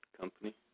company